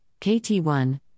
KT1